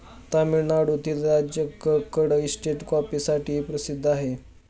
तामिळनाडूतील राजकक्कड इस्टेट कॉफीसाठीही प्रसिद्ध आहे